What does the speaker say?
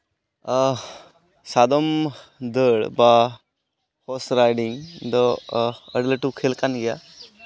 ᱥᱟᱫᱚᱢ ᱫᱟᱹᱲ ᱵᱟ ᱦᱚᱨᱥ ᱨᱟᱭᱰᱤᱝ ᱫᱚ ᱟᱹᱰᱤ ᱞᱟᱹᱴᱩ ᱠᱷᱮᱹᱞ ᱠᱟᱱ ᱜᱮᱭᱟ